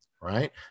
right